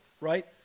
right